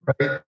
right